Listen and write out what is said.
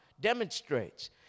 demonstrates